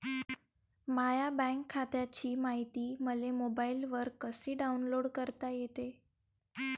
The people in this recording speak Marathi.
माह्या बँक खात्याची मायती मले मोबाईलवर कसी डाऊनलोड करता येते?